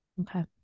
Okay